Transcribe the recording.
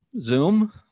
Zoom